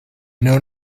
known